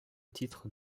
titres